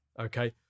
Okay